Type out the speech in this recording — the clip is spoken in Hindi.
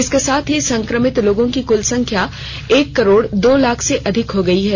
इसके साथ ही संक्रमित लोगों की कुल संख्या एक करोड़ दो लाख से अधिक हो गई है